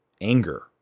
Anger